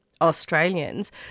Australians